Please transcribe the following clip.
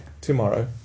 tomorrow